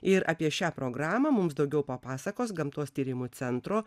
ir apie šią programą mums daugiau papasakos gamtos tyrimų centro